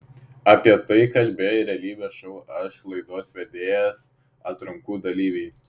apie tai kalbėjo ir realybės šou aš laidos vedėjas atrankų dalyviai